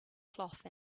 cloth